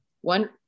one